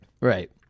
right